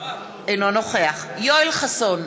אינו נוכח יואל חסון,